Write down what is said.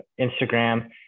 Instagram